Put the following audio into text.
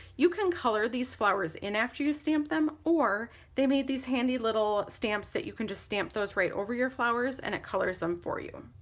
you can color these flowers in after you stamp them or they made these handy little stamps that you can just stamp those right over your flowers and it colors them for you.